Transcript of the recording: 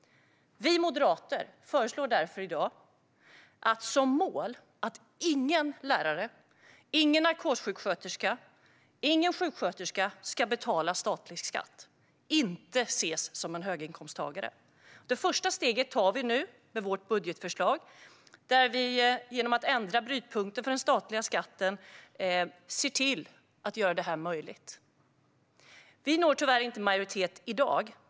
Vi moderater föreslår i dag att man ska ha som mål att ingen lärare, narkossjuksköterska eller sjuksköterska ska betala statlig skatt. De ska inte ses som höginkomsttagare. Det första steget tar vi nu, genom vårt budgetförslag. Vi vill ändra brytpunkten för den statliga skatten och se till att göra det här möjligt. Vi når tyvärr inte majoritet i dag.